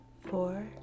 four